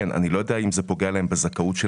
אני לא יודע אם זה פוגע להם בזכאות של